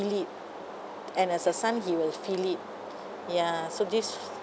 feel it and as a son he will feel it ya so this